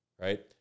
right